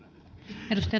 arvoisa